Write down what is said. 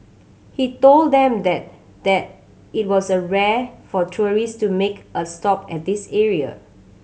he told them that that it was a rare for tourist to make a stop at this area